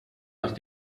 nach